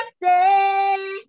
birthday